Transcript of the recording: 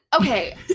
okay